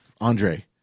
Andre